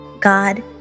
God